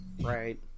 Right